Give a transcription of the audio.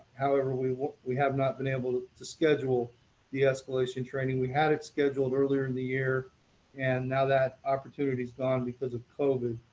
however we we have not been able to to schedule deescalation training. we had it scheduled earlier in the year and now that opportunity s gone because of covid,